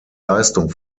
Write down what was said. leistung